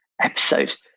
episodes